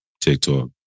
TikTok